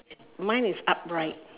mine is upright